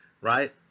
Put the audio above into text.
right